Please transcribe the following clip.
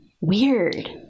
weird